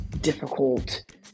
difficult